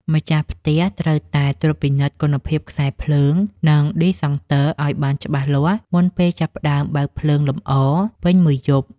ម្ចាស់ផ្ទះត្រូវតែត្រួតពិនិត្យគុណភាពខ្សែភ្លើង និងឌីសង់ទ័រឱ្យបានច្បាស់លាស់មុនពេលចាប់ផ្តើមបើកភ្លើងលម្អពេញមួយយប់។